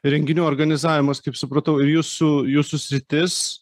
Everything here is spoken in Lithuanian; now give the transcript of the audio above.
renginių organizavimas kaip supratau ir jūsų jūsų sritis